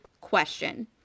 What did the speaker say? question